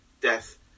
death